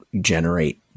generate